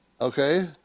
Okay